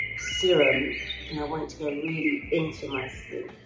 serum and i want it to go really into my skin.